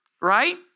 right